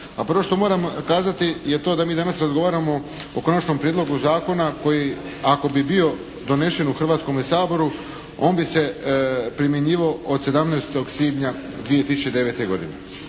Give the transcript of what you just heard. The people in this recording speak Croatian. Prvo što moram kazati je to da mi danas razgovaramo o konačnom prijedlogu zakona koji ako bi bio donesen u Hrvatskome saboru on bi se primjenjivao od 17. svibnja 2009. godine.